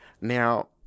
Now